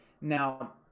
now